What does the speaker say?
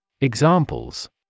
Examples